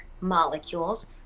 molecules